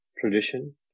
tradition